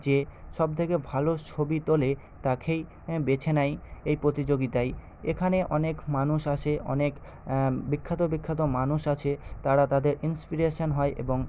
যে সব থেকে ভালো ছবি তোলে তাকেই বেছে নেয় এই প্রতিযোগিতায় এখানে অনেক মানুষ আসে অনেক বিখ্যাত বিখ্যাত মানুষ আছে তারা তাদের ইন্সপিরেশান হয় এবং